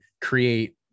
create